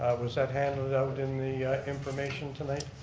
was that handed out in the information tonight?